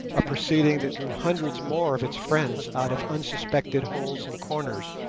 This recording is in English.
a proceeding that drew hundreds more of its friends out of unsuspected holes and corners.